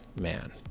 man